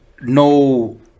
no